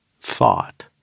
thought